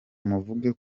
muvuge